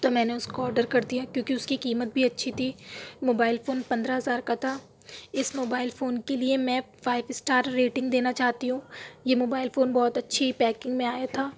تو میں نے اُس کو آڈر کر دیا کیوں کہ اُس کی قیمت بھی اچھی تھی موبائل فون پندرہ ہزار کا تھا اِس موبائل فون کے لیے میں فائیو اسٹار ریٹنگ دینا چاہتی ہوں یہ موبائل فون بہت اچھی پیکنگ میں آیا تھا